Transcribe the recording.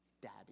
Daddy